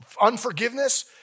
unforgiveness